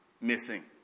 missing